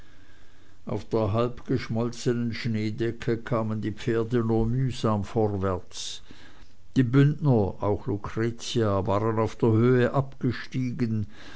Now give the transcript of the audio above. auf der halb geschmolzenen schneedecke kamen die pferde nur mühsam vorwärts die bündner auch lucretia waren auf der höhe abgestiegen